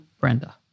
Brenda